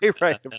Right